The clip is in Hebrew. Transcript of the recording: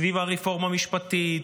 סביב הרפורמה המשפטית,